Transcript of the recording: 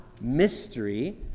mystery